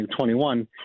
2021